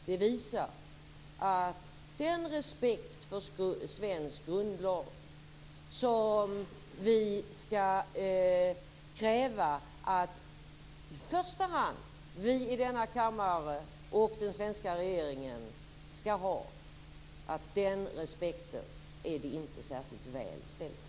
Det visar att den respekt för svensk grundlag som vi i första hand skall kunna kräva av oss i denna kammare och av den svenska regeringen, den respekten är det inte särskilt väl ställt med.